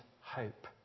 hope